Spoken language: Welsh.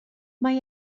mae